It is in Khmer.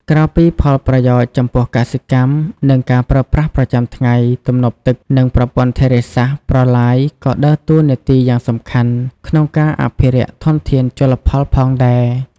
ក្រៅពីផលប្រយោជន៍ចំពោះកសិកម្ម និងការប្រើប្រាស់ប្រចាំថ្ងៃ ទំនប់ទឹក និងប្រព័ន្ធធារាសាស្ត្រ-ប្រឡាយក៏ដើរតួនាទីយ៉ាងសំខាន់ក្នុងការអភិរក្សធនធានជលផលផងដែរ។